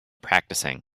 practicing